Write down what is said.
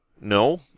No